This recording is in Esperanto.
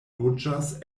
loĝas